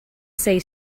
say